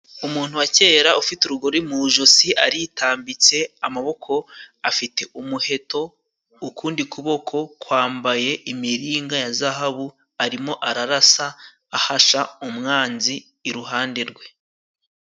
Umuntu wa kera, ufite urugori mu ijosi aritambitse amaboko. Afite umuheto ukundi kuboko kwambaye imiringa ya zahabu. Arimo ararasa ahasha umwanzi iruhande rwe.